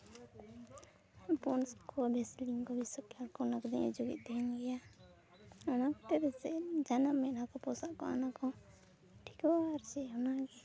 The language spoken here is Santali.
ᱯᱚᱱᱰᱥ ᱠᱚ ᱵᱷᱮᱥᱞᱤᱱ ᱠᱚ ᱠᱚ ᱚᱱᱟ ᱠᱚᱫᱚᱧ ᱚᱡᱚᱜᱮᱫ ᱛᱟᱦᱮᱱ ᱜᱮᱭᱟ ᱚᱱᱟ ᱠᱚᱛᱮ ᱯᱟᱥᱮᱡ ᱡᱟᱦᱟᱱᱟᱜ ᱠᱚ ᱢᱮᱫᱼᱦᱟ ᱠᱚ ᱯᱚᱥᱟᱜ ᱠᱚᱜᱼᱟ ᱚᱱᱟ ᱠᱚ ᱴᱷᱤᱠᱚᱜᱼᱟ ᱟᱨ ᱪᱮᱫ ᱚᱱᱟᱜᱮ